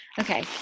Okay